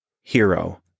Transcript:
hero